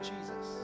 Jesus